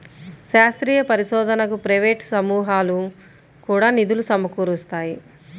శాస్త్రీయ పరిశోధనకు ప్రైవేట్ సమూహాలు కూడా నిధులు సమకూరుస్తాయి